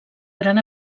gran